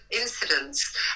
incidents